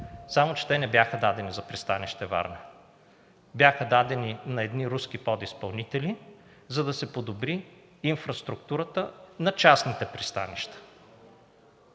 Само че те не бяха дадени за пристанище Варна, бяха дадени на едни руски подизпълнители, за да се подобри инфраструктурата на частните пристанища